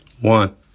One